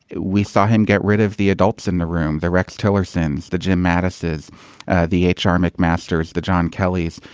we saw him get rid of the adults in the room, the rex tillerson, the jim mattis as the h r. mcmaster's, the john keli's,